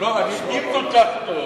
אם כל כך טוב,